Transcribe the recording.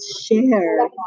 share